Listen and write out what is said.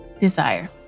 desire